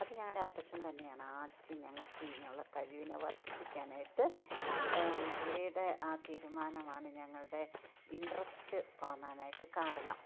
അത് ഞങ്ങളുടെ അപ്പച്ചൻ തന്നെയാണ് ആദ്യം ഞങ്ങൾക്ക് ഇതിനുള്ള കഴിവിനെ വർധിപ്പിക്കാനായിട്ട് പുള്ളിയുടെ ആ തീരുമാനമാണ് ഞങ്ങളുടെ ഇൻട്രസ്റ്റ് തോന്നാനായിട്ട് കാരണം